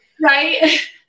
Right